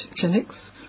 clinics